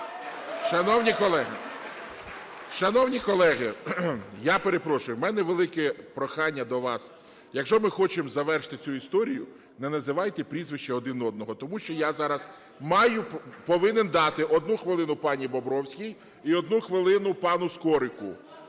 Шановні колеги! Я перепрошую, у мене велике прохання до вас: якщо ми хочемо завершити цю історію, не називайте прізвища один одного. Тому що я зараз маю… повинен дати одну хвилину пані Бобровській і одну хвилину пану Скорику